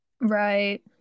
Right